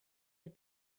had